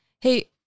hey